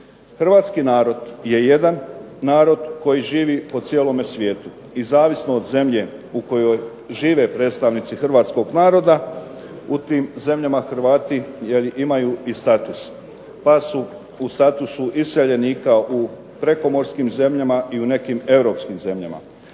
Hrvatski narod je jedan narod koji živi po cijelome svijetu i zavisno od zemlje u kojoj žive predstavnici hrvatskog naroda u tim zemljama Hrvati imaju i status pa su u statusu iseljenika u prekomorskim zemljama i u nekim europskim zemljama.